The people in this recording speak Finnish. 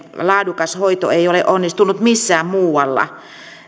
laadukas hoito ei ole onnistunut missään muualla